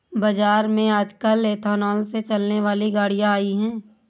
बाज़ार में आजकल एथेनॉल से चलने वाली गाड़ियां आई है